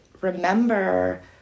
remember